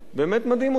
באמת מדהים אותי.